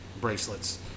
bracelets